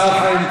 ואחריה,